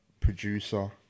producer